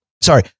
Sorry